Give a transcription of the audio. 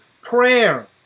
prayer